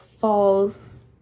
falls